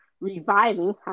reviving